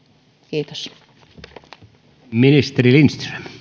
kiitos